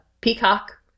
peacock